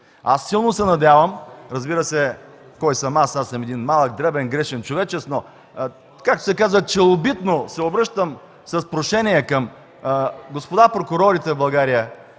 Аз силно се надявам, разбира се, кой съм аз – аз съм един малък, дребен, грешен човечец, както се казва, челобитно се обръщам с прошение към господа прокурорите в България: